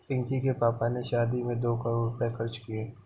पिंकी के पापा ने शादी में दो करोड़ रुपए खर्च किए